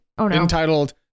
entitled